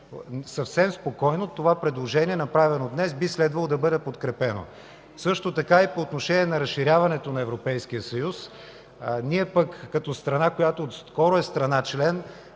Съвсем спокойно това предложение, направено днес, би следвало да бъде подкрепено. Също така и по отношение на разширяване на Европейския съюз, ние, като страна, която отскоро е страна – член